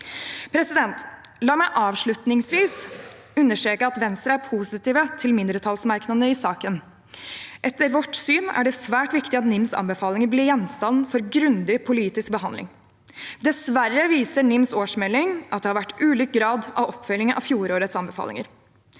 rettsvern. La meg avslutningsvis understreke at Venstre er positive til mindretallsmerknadene i saken. Etter vårt syn er det svært viktig at NIMs anbefalinger blir gjenstand for grundig politisk behandling. Dessverre viser NIMs årsmelding at det har vært ulik grad av oppfølging av fjorårets anbefalinger.